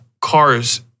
cars